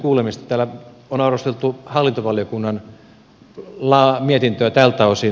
täällä on arvosteltu hallintovaliokunnan mietintöä tältä osin